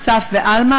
אסף ואלמה,